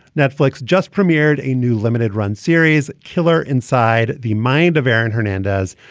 netflix just premiered a new limited run series, killer inside the mind of aaron hernandez.